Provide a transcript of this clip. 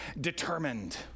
determined